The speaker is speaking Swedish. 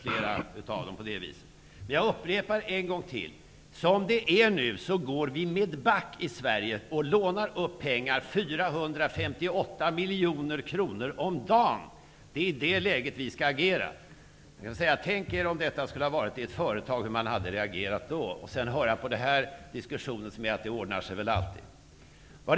Jag vill emellertid åter upprepa att som det nu är går vi back i Sverige och lånar upp pengar -- 458 miljoner kronor om dagen. Det är i det läget som vi skall agera. Tänk er hur man skulle ha reagerat om detta hade gällt ett företag. Men i denna diskussion sägs det att det ordnar sig väl alltid.